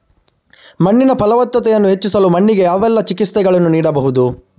ಮಣ್ಣಿನ ಫಲವತ್ತತೆಯನ್ನು ಹೆಚ್ಚಿಸಲು ಮಣ್ಣಿಗೆ ಯಾವೆಲ್ಲಾ ಚಿಕಿತ್ಸೆಗಳನ್ನು ನೀಡಬಹುದು?